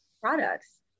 products